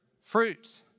fruit